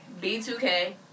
B2K